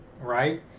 right